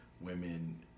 women